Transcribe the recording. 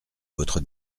votre